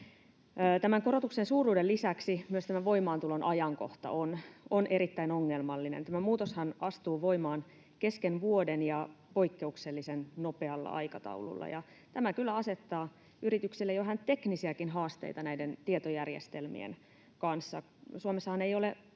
Tämän korotuksen suuruuden lisäksi myös tämän voimaantulon ajankohta on erittäin ongelmallinen. Tämä muutoshan astuu voimaan kesken vuoden ja poikkeuksellisen nopealla aikataululla, ja tämä kyllä asettaa yrityksille jo ihan teknisiäkin haasteita näiden tietojärjestelmien kanssa. Suomessahan ei ole